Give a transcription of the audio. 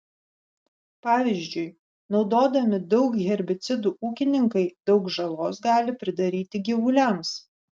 pavyzdžiui naudodami daug herbicidų ūkininkai daug žalos gali pridaryti gyvuliams